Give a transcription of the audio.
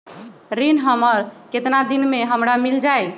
ऋण हमर केतना दिन मे हमरा मील जाई?